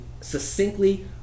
succinctly